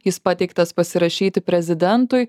jis pateiktas pasirašyti prezidentui